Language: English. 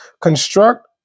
Construct